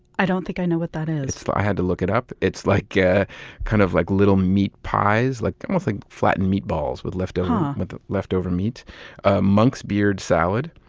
i don't think i know what that is i had to look it up. it's like yeah kind of like little meat pies like almost like flattened meatballs with leftover um with ah leftover meat monk's beard salad,